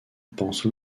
pense